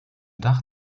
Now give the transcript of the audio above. dach